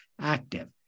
active